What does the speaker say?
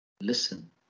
listen